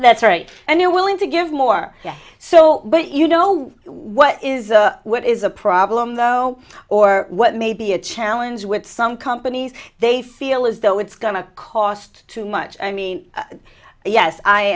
that's right and you're willing to give more so but you know what is what is a problem though or what may be a challenge with some companies they feel as though it's going to cost too much i mean yes i